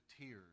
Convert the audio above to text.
tears